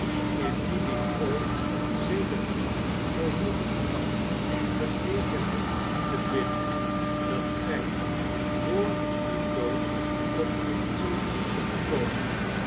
indien ik ooit sedert dien noodlottigen nacht vergeten heb te bidden dat gij voor uw dood tot inkeer mocht komen